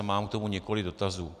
Mám k tomu několik dotazů.